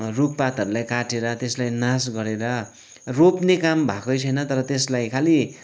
रूखपातहरूलाई काटेर त्यसलाई नाश गरेर रोप्ने काम भएकै छैन तर त्यसलाई खालि